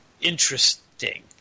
interesting